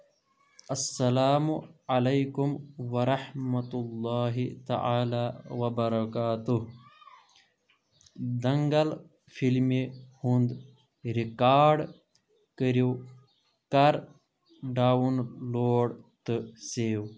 اسلام علیکم ورحمۃ اللہ تعالٰی وبرکاتہ دنگل فلمہِ ہُند رکارڈ کٔرِو کر ڈاوُن لوڈ تہٕ سیو